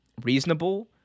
reasonable